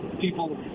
people